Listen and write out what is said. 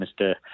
Mr